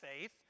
faith